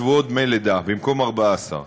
שמיוצרים ביהודה ושומרון על-ידי ישראלים יהודים.